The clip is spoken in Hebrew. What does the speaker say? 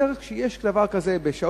אולי בדרך של תקנות לשעת-חירום,